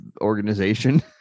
organization